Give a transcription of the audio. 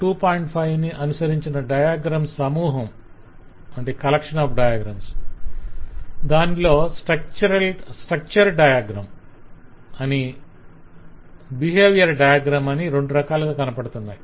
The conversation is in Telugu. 5 ని అనుసరించిన డయాగ్రమ్స్ సమూహం దానిలో స్ట్రక్చర్ డయాగ్రమ్ structure diagram నిర్మాణపరంగా అని బిహేవియర్ డయాగ్రమ్ behaviour diagram ప్రవర్తనాపరంగా అని రెండు రకాలు కనపడుతున్నాయి